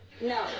No